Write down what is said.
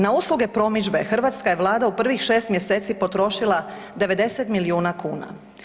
Na usluge promidžbe, hrvatska je Vlada u prvih 6 mjeseci potrošila 90 milijuna kuna.